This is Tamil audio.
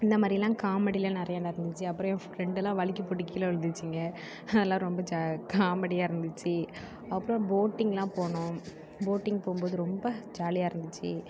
இந்தமாதிரியெல்லாம் காமெடிலாம் நிறையா நடந்துச்சு அப்றம் என் ஃப்ரெண்டெல்லாம் வழுக்கி போட்டு கீழே விழுந்துடுச்சிங்க அதெல்லாம் ரொம்ப காமெடியாக இருந்துச்சு அப்றம் போட்டிங்லாம் போனோம் போட்டிங் போகும்போது ரொம்ப ஜாலியாக இருந்துச்சு